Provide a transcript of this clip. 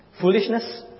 foolishness